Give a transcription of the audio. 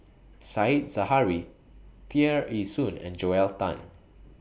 Said Zahari Tear Ee Soon and Joel Tan